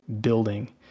building